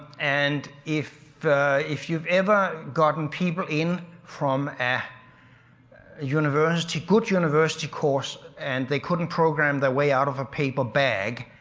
and if if you've ever gotten people in from. a university, good university course and they couldn't program their way out of a paper bag,